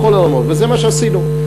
וזה מה שעשינו.